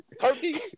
Turkey